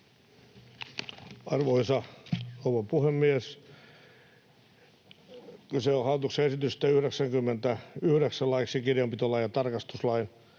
Arvoisa rouva puhemies! Kyse on hallituksen esityksestä 99 laiksi kirjanpitolain ja tarkastuslain